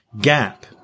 gap